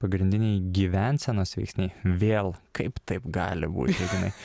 pagrindiniai gyvensenos veiksniai vėl kaip taip gali būt ignai